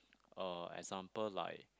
uh example like